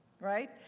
right